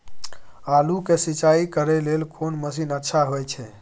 आलू के सिंचाई करे लेल कोन मसीन अच्छा होय छै?